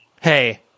Hey